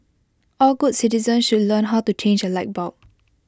all good citizens should learn how to change A light bulb